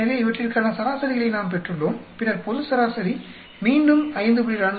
எனவே இவற்றிற்கான சராசரிகளை நாம் பெற்றுள்ளோம் பின்னர் பொது சராசரி மீண்டும் 5